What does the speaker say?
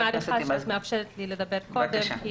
אני מעריכה שאת מאפשרת לי לדבר קודם כי